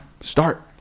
Start